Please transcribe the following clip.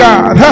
God